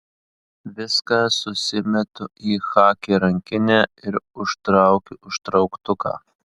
viską susimetu į chaki rankinę ir užtraukiu užtrauktuką